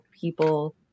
people